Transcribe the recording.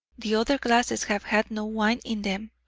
the other glasses have had no wine in them,